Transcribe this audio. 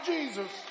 Jesus